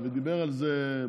ודיבר על זה,